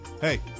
Hey